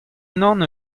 unan